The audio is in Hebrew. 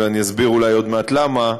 ואני אסביר עוד מעט למה,